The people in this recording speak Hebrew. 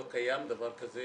לא קיים דבר כזה.